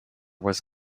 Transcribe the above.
was